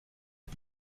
les